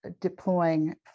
deploying